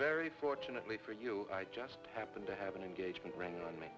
very fortunately for you i just happened to have an engagement ring on m